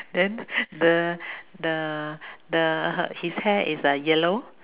then the the the his hair is uh yellow